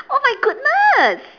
oh my goodness